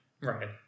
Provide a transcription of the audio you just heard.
right